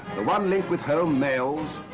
the one linked with home mails,